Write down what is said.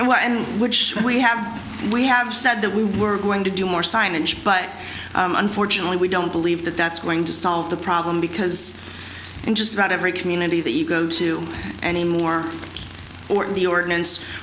one which we have we have said that we were going to do more signage but unfortunately we don't believe that that's going to solve the problem because in just about every community that you go to any more or the ordinance